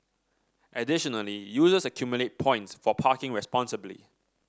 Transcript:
additionally users accumulate points for parking responsibly